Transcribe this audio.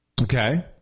Okay